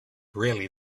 really